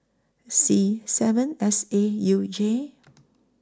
C seven S A U J